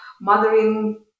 mothering